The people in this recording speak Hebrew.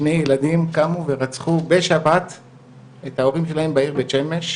שני ילדים קמו ורצחו בשבת את ההורים שלהם בעיר בית שמש,